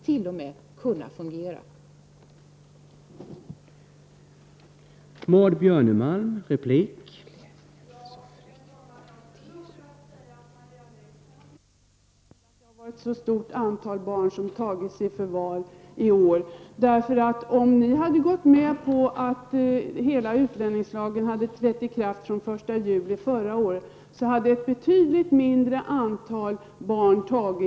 T.o.m. det kan nog faktiskt fungera.